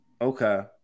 okay